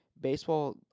baseball